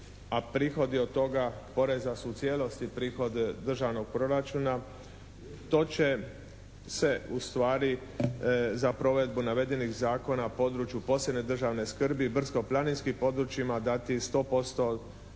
a prihodi od toga poreza su u cijelosti prihod državnog proračuna to će se ustvari za provedbu navedenih zakona područjima posebne državne skrbi, brdsko planinskim područjima dati 100%